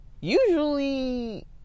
Usually